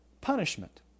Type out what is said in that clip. punishment